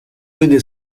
vede